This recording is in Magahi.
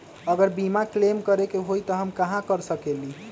अगर बीमा क्लेम करे के होई त हम कहा कर सकेली?